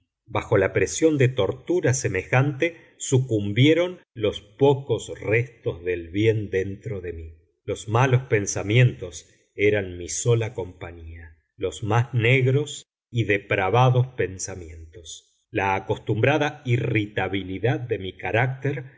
bajo la presión de tortura semejante sucumbieron los pocos restos del bien dentro de mí los malos pensamientos eran mi sola compañía los más negros y depravados pensamientos la acostumbrada irritabilidad de mi carácter